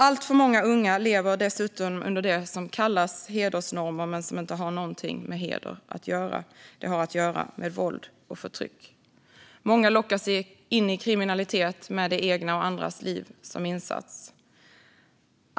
Alltför många unga lever dessutom under det som kallas hedersnormer men som inte har någonting med heder att göra. Det har att göra med våld och förtryck. Många lockas in i kriminalitet, med det egna och andras liv som insats.